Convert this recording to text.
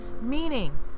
meaning